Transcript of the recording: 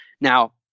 Now